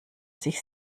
sich